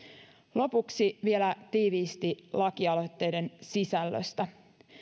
lopuksi vielä tiiviisti lakialoitteiden sisällöstä